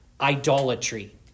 idolatry